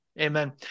Amen